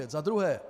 Za druhé.